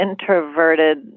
introverted